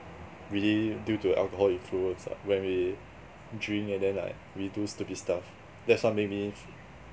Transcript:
really due to alcohol influence ah when we drink and then like we do stupid stuff that's what made me